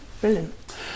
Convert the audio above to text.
brilliant